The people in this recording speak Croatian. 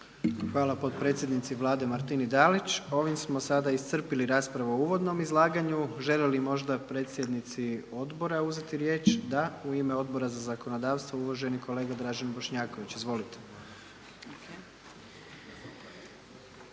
Hvala potpredsjednici Vlade Martini Dalić. Ovime smo sada iscrpili raspravu u uvodnom izlaganju. Žele li možda predsjednici Odbora uzeti riječ? Da. U ime Odbora za zakonodavstvo uvaženi kolega Dražen Bošnjaković. Izvolite.